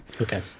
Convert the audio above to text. Okay